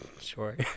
sure